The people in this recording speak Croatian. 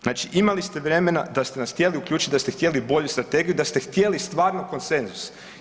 Znači imali ste vremena da ste nas htjeli uključiti, da ste htjeli bolju strategiju, da ste htjeli stvarno konsenzus.